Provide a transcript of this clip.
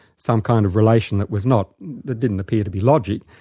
some kind of relation that was not, that didn't appear to be logic,